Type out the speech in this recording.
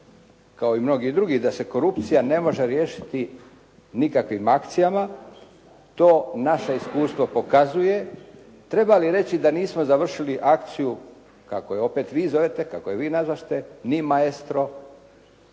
kao i mnogi drugi, da se korupcija ne može riješiti nikakvim akcijama, to naše iskustvo pokazuje. Treba li reći da nismo završili akciju kako je opet vi zovete, kako je vi nazvaste, ni „Maestro“